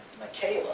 Michaela